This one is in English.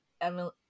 emily